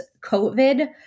COVID